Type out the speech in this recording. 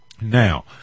Now